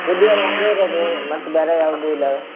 ಬೂದಿಗೆರೆ ಒಂದೇ ಇರೋದು ಮತ್ತೆ ಬೇರೆ ಯಾವುದೂ ಇಲ್ವಾ